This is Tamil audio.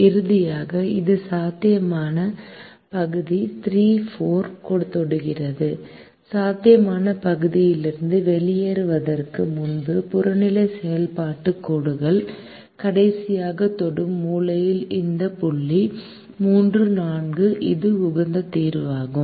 இறுதியாக இது சாத்தியமான பகுதியை 3 4 தொடுகிறது சாத்தியமான பகுதியிலிருந்து வெளியேறுவதற்கு முன்பு புறநிலை செயல்பாட்டுக் கோடுகள் கடைசியாகத் தொடும் மூலையில் இந்த புள்ளி 3 4 இது உகந்த தீர்வாகும்